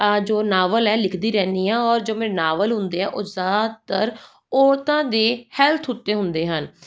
ਆ ਜੋ ਨਾਵਲ ਹੈ ਲਿਖਦੀ ਰਹਿੰਦੀ ਹਾਂ ਔਰ ਜੋ ਮੇਰੇ ਨਾਵਲ ਹੁੰਦੇ ਆ ਉਹ ਜ਼ਿਆਦਾਤਰ ਔਰਤਾਂ ਦੇ ਹੈਲਥ ਉੱਤੇ ਹੁੰਦੇ ਹਨ